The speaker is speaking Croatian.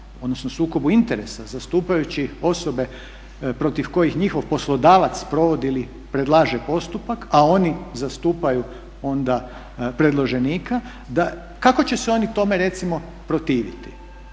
odnosno sukobu interesa zastupajući osobe protiv kojih njihov poslodavac provodi ili predlaže postupak a oni zastupaju onda predloženika, kako će se oni tome recimo protiviti?